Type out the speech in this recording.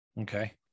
Okay